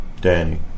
Danny